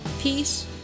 Peace